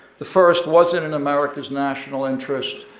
the first, was it in america's national interest?